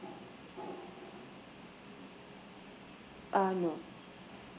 uh no